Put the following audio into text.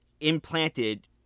implanted